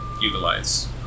utilize